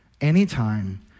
anytime